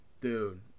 dude